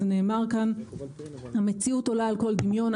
ונאמר כאן שהמציאות עולה על כל דמיון.